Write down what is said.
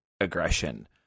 aggression